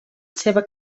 seva